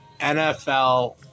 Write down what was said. NFL